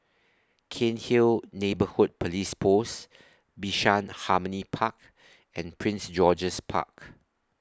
Cairnhill Neighbourhood Police Post Bishan Harmony Park and Prince George's Park